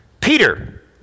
Peter